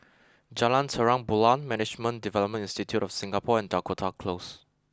Jalan Terang Bulan Management Development Institute of Singapore and Dakota Close